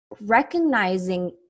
recognizing